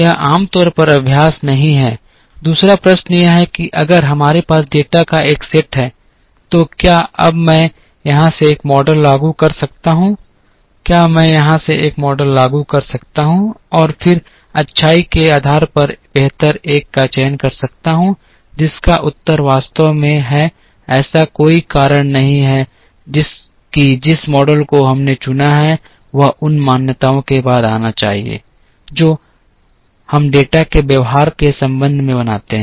इसलिए यह आमतौर पर अभ्यास नहीं है दूसरा प्रश्न यह है कि अगर हमारे पास डेटा का एक सेट है तो क्या अब मैं यहां से एक मॉडल लागू कर सकता हूं क्या मैं यहां से एक मॉडल लागू कर सकता हूं और फिर अच्छाई के आधार पर बेहतर एक का चयन कर सकता हूं जिसका उत्तर वास्तव में है ऐसा कोई कारण नहीं है कि जिस मॉडल को हमने चुना है वह उन मान्यताओं के बाद आना चाहिए जो हम डेटा के व्यवहार के संबंध में बनाते हैं